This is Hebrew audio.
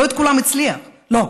לא את כולם הוא הצליח, לא,